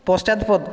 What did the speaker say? পশ্চাৎপদ